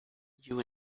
you